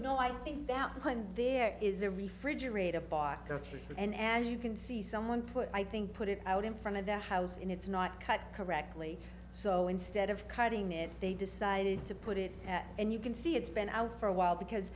don't think that there is a refrigerator bar and as you can see someone put i think put it out in front of the house and it's not cut correctly so instead of cutting it they decided to put it out and you can see it's been out for a while because